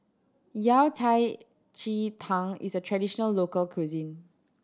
Yao Cai ji tang is a traditional local cuisine